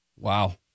Wow